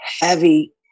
heavy